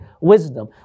wisdom